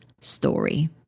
story